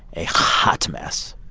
a hot mess?